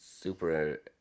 super